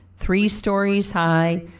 three stories high,